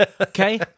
Okay